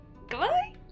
Goodbye